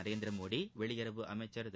நரேந்திரமோடி வெளியுறவு அமைச்சா் திரு